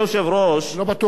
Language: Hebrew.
לא בטוח לאפשר,